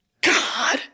God